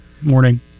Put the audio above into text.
Morning